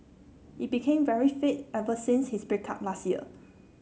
he became very fit ever since his break up last year